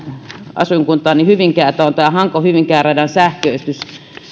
asuinkuntaani hyvinkäätä on tämä hanko hyvinkää radan sähköisyys